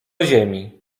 ziemi